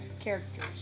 characters